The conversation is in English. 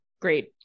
great